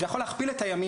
זה יכול להכפיל את הימים.